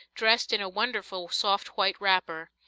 dressed in a wonderful soft white wrapper.